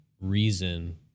reason